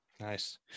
Nice